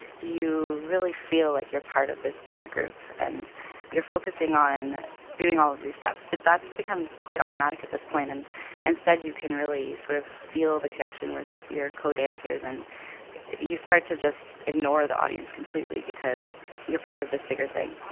you really feel like you're part of this bigger group. group. and you're focusing on doing all of these steps, but that's become quite automatic at this point. and instead, you can really sort of feel the connection with your co-dancers, and you start to just ignore the audience completely because you're part of this bigger thing